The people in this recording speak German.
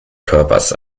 körpers